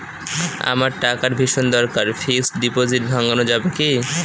আমার টাকার ভীষণ দরকার ফিক্সট ডিপোজিট ভাঙ্গানো যাবে কি?